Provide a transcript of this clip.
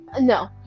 no